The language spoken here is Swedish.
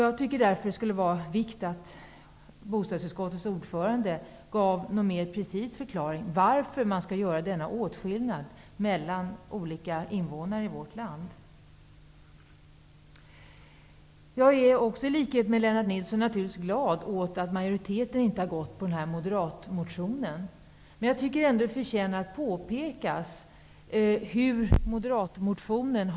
Jag tycker att det är viktigt att bostadsutskottets ordförande ger en mer precis förklaring till varför denna åtskillnad skall göras mellan olika invånare i vårt land. Jag är, i likhet med Lennart Nilsson, glad för att majoriteten inte har tillstyrkt motionen från Moderaterna. Men det förtjänas att påpeka vad som framkommer i moderatmotionen.